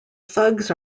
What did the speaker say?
thugs